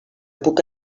puc